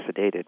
sedated